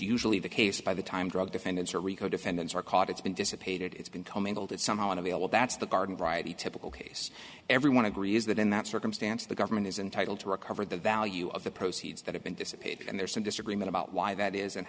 usually the case by the time drug defendants are rico defendants are caught it's been dissipated it's been told that somehow unavailable that's the garden variety typical case everyone agrees that in that circumstance the government is entitled to recover the value of the proceeds that have been dissipated and there's some disagreement about why that is and